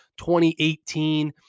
2018